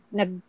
nag